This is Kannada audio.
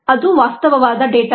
ಅದು ವಾಸ್ತವವಾದ ಡೇಟಾ